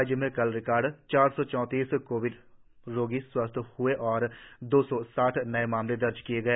राज्य में कल रिकोर्ड चार सौ चौतीस कोविड रोगी स्वस्थ्य हए और दो सौ साठ नए मामले दर्ज किए गए